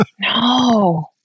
no